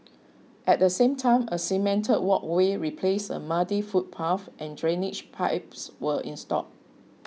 at the same time a cemented walkway replaced a muddy footpath and drainage pipes were installed